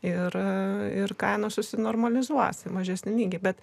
ir kainos susinormalizuos mažesni netgi bet